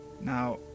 Now